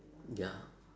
ya